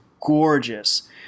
gorgeous